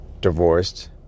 divorced